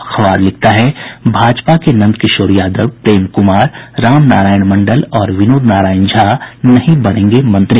अखबार लिखता है भाजपा के नंदकिशोर यादव प्रेम कुमार राम नारायण मंडल और विनोद नारायण झा नहीं बनेंगे मंत्री